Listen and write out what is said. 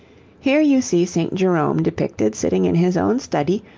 here you see st. jerome depicted sitting in his own study,